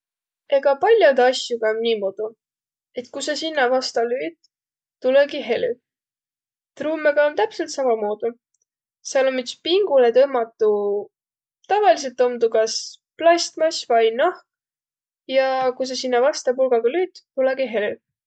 Egaq pall'odõ asjugaq om niimuudu, et ku sa sinnäq vasta lüüt, tulõgi helü. Trummõga om täpselt samamuudu. Sääl om üts pingulõ tõmmatu, tavaliselt om tuu kas plastmass vai nahk ja ku sa sinnäq vasta pulgaga lüüt, tulõgi helü.